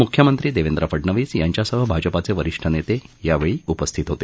मुख्यमंत्री देवेंद्र फडनवीस यांच्यासह भाजपाचे वरिष्ठ नेते यावेळी उपस्थित होते